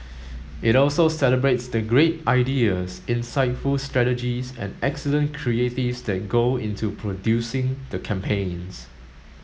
it also celebrates the great ideas insightful strategies and excellent creatives that go into producing the campaigns